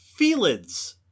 felids